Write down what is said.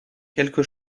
quelque